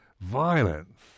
violence